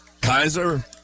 Kaiser